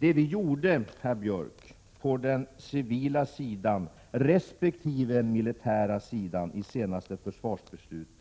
Det vi bestämde på den civila sidan resp. den militära sidan i det senaste försvarsbeslutet,